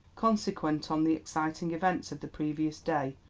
consequent on the exciting events of the previous day,